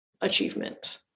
achievement